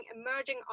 emerging